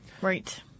Right